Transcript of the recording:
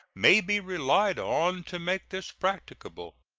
may be relied on to make this practicable.